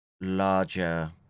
larger